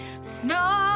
Snow